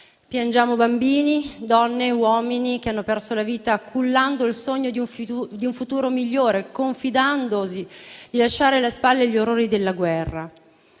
Piangiamo bambini, donne e uomini che hanno perso la vita cullando il sogno di un futuro migliore, confidando di lasciarsi alle spalle gli orrori della guerra.